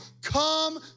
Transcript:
come